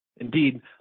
Indeed